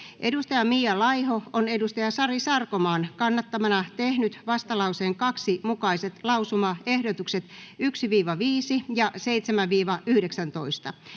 hylätään. Mia Laiho on Sari Sarkomaan kannattamana tehnyt vastalauseen 2 mukaiset lausumaehdotukset 1—5 ja 7—19.